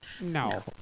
No